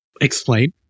Explain